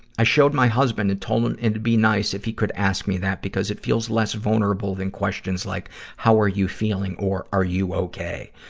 i showed my husband and told him it would be nice if he could ask me that because it feels less vulnerable than questions like how are you feeling or are you okay.